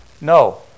No